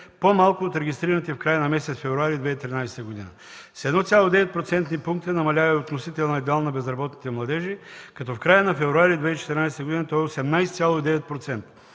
по-малко от регистрираните в края на месец февруари 2013 г. С 1,9 процентни пункта намалява и относителният дял на безработните младежи, като в края на февруари 2014 г. той е 18,9%.